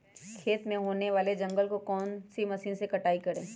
खेत में होने वाले जंगल को कौन से मशीन से कटाई करें?